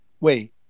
wait